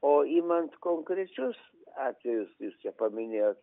o imant konkrečius atvejus jūs čia paminėjot